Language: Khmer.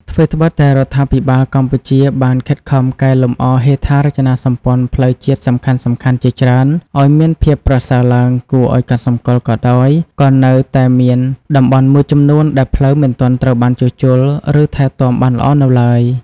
ថ្វីត្បិតតែរដ្ឋាភិបាលកម្ពុជាបានខិតខំកែលម្អហេដ្ឋារចនាសម្ព័ន្ធផ្លូវជាតិសំខាន់ៗជាច្រើនឱ្យមានភាពប្រសើរឡើងគួរឱ្យកត់សម្គាល់ក៏ដោយ ក៏នៅតែមានតំបន់មួយចំនួនដែលផ្លូវមិនទាន់ត្រូវបានជួសជុល ឬថែទាំបានល្អនៅឡើយ។